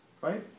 right